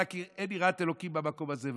"רק אין יראת אלהים במקום הזה והרגוני".